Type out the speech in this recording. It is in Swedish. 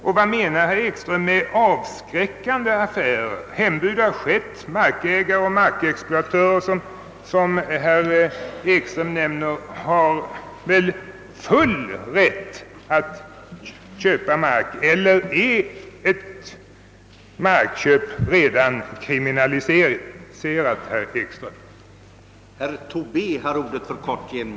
Och vad menar herr Ekström i Iggesund med avskräckande affärer? Markägare och markexploatörer — som herr Ekström i Iggesund säger — har väl full rätt att köpa mark. Eller är markköp redan kriminaliserat, herr Ekström?